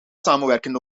samenwerking